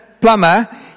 Plumber